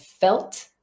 felt